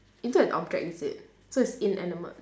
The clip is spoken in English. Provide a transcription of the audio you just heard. into an object is it so it's inanimate